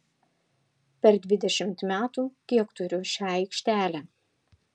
per dvidešimt metų kiek turiu šią aikštelę